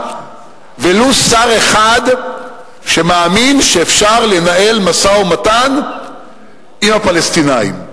ולו שר אחד שמאמין שאפשר לנהל משא-ומתן עם הפלסטינים,